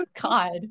god